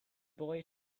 boy